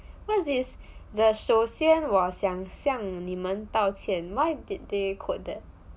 what is this the 首先我想向你们道歉 why did they quote that